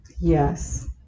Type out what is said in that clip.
Yes